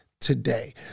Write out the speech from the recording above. today